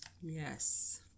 Yes